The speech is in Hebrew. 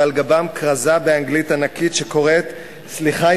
ועל גבם כרזה ענקית באנגלית שקוראת: "סליחה,